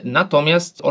natomiast